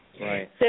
Right